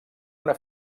una